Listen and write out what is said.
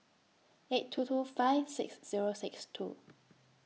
eight two two five six Zero six two